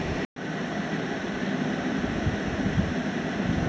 वित्तीय बाजार पूंजीवादी समाज के सुचारू संचालन खातिर जरूरी हौ